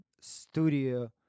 studio